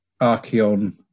Archeon